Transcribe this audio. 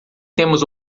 temos